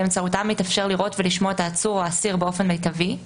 באמצעותם מתאפשר לראות ולשמוע את העצור או האסיר באופן מיטבי;